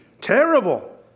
terrible